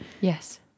Yes